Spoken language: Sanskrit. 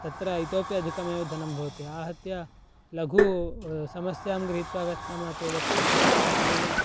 तत्र इतोपि अधिकमेव धनं भवति आहत्य लघु समस्यां गृहीत्वा गच्छामः चेदपि तत्र मीनिम्